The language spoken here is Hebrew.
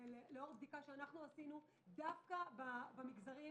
שלאור בדיקה שעשינו, דווקא במגזרים